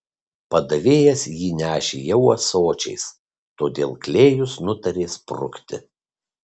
padavėjas jį nešė jau ąsočiais todėl klėjus nutarė sprukti